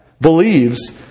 believes